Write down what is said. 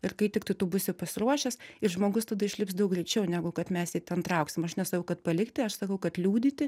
ir kai tiktai tu būsi pasiruošęs ir žmogus tada išlips daug greičiau negu kad mes ten jį trauksim aš nesakau kad palikti aš sakau kad liudyti